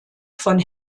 von